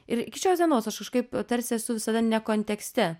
ir iki šios dienos aš kažkaip tarsi esu visada ne kontekste